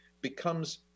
becomes